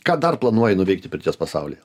ką dar planuoji nuveikti pirties pasaulyje